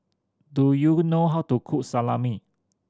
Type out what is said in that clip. do you know how to cook Salami